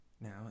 Now